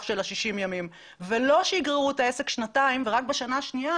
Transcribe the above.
של 60 הימים ולא שיגררו את העסק שנתיים ורק בשנה השנייה,